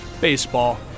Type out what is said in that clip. baseball